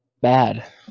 Bad